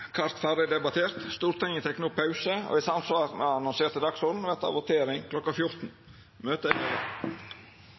kart behandla ferdig. Stortinget tek no pause, og i samsvar med den annonserte dagsordenen vert det votering kl. 14.